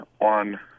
on